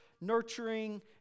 nurturing